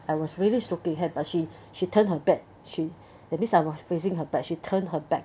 I was really stroking hand but she she turned her back she that means I was facing her back she turned her back